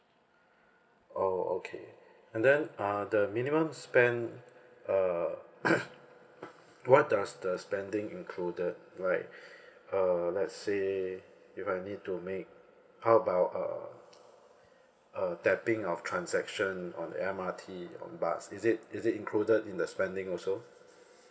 oh okay and then uh the minimum spend uh what does the spending included right uh let's say if I need to make how about uh uh tapping of transaction on M_R_T on bus is it is it included in the spending also